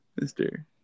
Mr